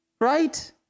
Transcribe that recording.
right